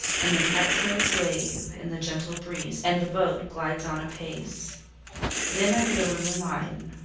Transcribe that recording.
and the cat-tails wave in the gentle breeze, and the boat glides on apace then i reel in the line,